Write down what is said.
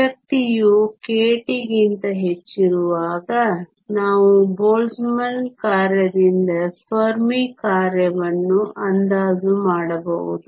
ಶಕ್ತಿಯು kT ಗಿಂತ ಹೆಚ್ಚಿರುವಾಗ ನಾವು ಬೋಲ್ಟ್ಜ್ಮನ್ ಕಾರ್ಯದಿಂದ ಫೆರ್ಮಿ ಕಾರ್ಯವನ್ನು ಅಂದಾಜು ಮಾಡಬಹುದು